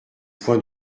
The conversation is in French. point